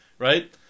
Right